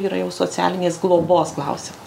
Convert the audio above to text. yra jau socialinės globos klausimas